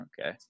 Okay